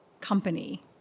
company